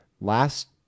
Last